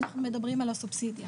אנחנו מדברים על הסובסידיה.